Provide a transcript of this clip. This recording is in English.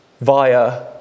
via